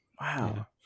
Wow